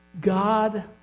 God